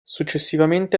successivamente